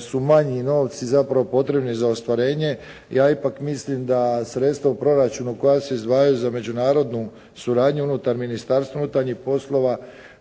su manji novci zapravo potrebni za ostvarenje ja ipak mislim da sredstava u proračunu koja se izdvajaju za međunarodnu suradnju unutar Ministarstva unutarnjih poslova